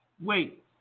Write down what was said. wait